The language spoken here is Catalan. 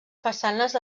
façanes